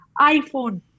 iPhone